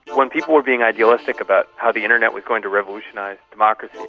when people were being idealistic about how the internet was going to revolutionise democracy,